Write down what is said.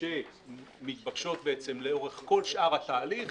שמתבקשות לאורך כל שאר התהליך,